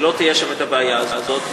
שלא תהיה שם הבעיה הזאת,